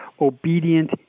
obedient